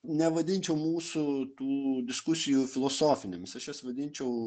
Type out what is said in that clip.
nevadinčiau mūsų tų diskusijų filosofinėmis aš jas vadinčiau